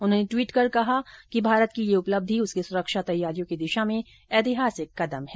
उन्होंने ट्वीट कर कहा है कि भारत की यह उपलब्धि उसकी सुरक्षा तैयारियों की दिशा में ऐतिहासिक कदम है